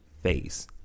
face